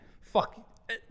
Fuck